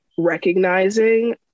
recognizing